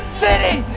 city